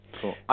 Cool